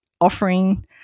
offering